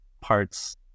parts